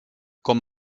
com